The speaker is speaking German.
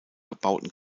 gebauten